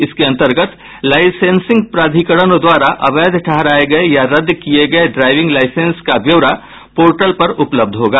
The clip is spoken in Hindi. इसके अंतर्गत लाइसेंसिंग प्राधिकरण द्वारा अवैध ठहराए गए या रद्द किए गए ड्राइविंग लाइसेंस का ब्योरा पोर्टल पर उपलब्ध होगा